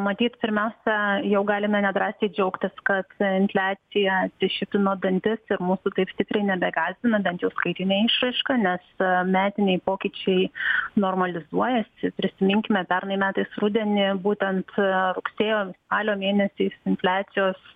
matyt pirmiausia jau galime nedrąsiai džiaugtis kad ta infliacija atsišipino dantis ir mūsų taip stipriai nebegąsdina bent jau skaitinė išraiška nes metiniai pokyčiai normalizuojasi prisiminkime pernai metais rudenį būtent rugsėjo spalio mėnesiais infliacijos